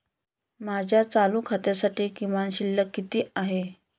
माझ्या चालू खात्यासाठी किमान शिल्लक किती आहे?